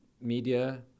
media